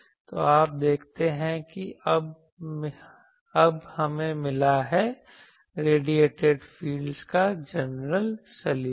तो आप देखते हैं कि अब हमें मिला है रेडिएटिड क्षेत्रों का जनरल सॉल्यूशन